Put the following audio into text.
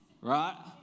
Right